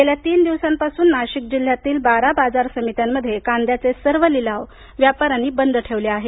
गेल्या तीन दिवसांपासून नाशिक जिल्ह्यातील बारा बाजार समित्यांमध्ये कांद्याचे सर्व लिलाव व्यापाऱ्यांनी बंद ठेवले आहेत